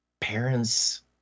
parents